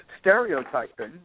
stereotyping